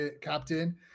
captain